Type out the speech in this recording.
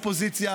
האופוזיציה,